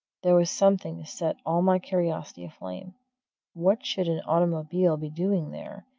there was something to set all my curiosity aflame what should an automobile be doing there,